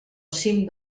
cim